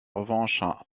revanche